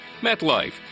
metlife